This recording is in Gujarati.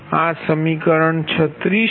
આ સમીકરણ 36 છે